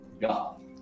God